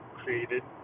created